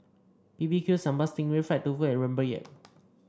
B B Q Sambal Sting Ray Fried Tofu and Rempeyek